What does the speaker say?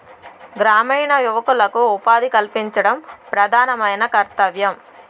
గ్రామీణ యువకులకు ఉపాధి కల్పించడం ప్రధానమైన కర్తవ్యం